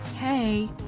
hey